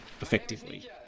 effectively